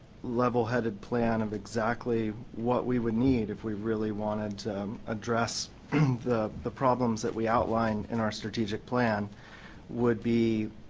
level-headed plan of exactly what we would need if we really wanted to address the the problems we outline in our strategic plan would be